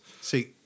See